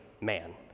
man